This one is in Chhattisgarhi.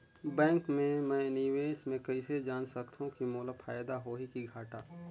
बैंक मे मैं निवेश मे कइसे जान सकथव कि मोला फायदा होही कि घाटा?